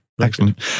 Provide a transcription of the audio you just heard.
Excellent